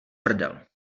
prdel